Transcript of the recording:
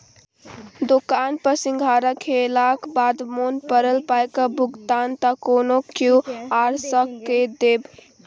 दोकान पर सिंघाड़ा खेलाक बाद मोन पड़ल पायक भुगतान त कोनो क्यु.आर सँ कए देब